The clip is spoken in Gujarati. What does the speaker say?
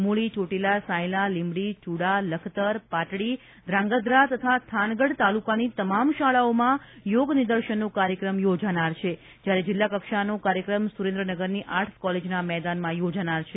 મૂળી ચોટીલા સાયલા લીંબડી ચૂડા લખતર પાટડી ધ્રાંગધ્રા તથા થાનગઢ તાલુકાની તમામ શાળાઓમાં યોગ નિદર્શનનો કાર્યક્રમ યોજાનાર છે જ્યારે જિલ્લા કક્ષાનો કાર્યક્રમ સુરેન્દ્રનગરની આર્ટસ કોલેજના મેદાનમાં યોજાનાર છે